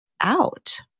out